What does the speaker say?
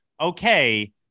okay